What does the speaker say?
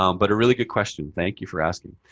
um but a really good question. thank you for asking.